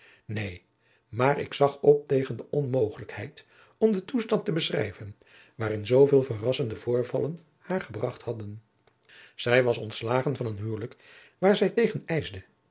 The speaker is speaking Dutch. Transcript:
neen maar ik zag op tegen de onmogelijkheid om den toestand te beschrijven waarin zooveel verrassende voorvallen haar gebracht hadden zij was ontslagen van een huwelijk waar zij tegen ijsde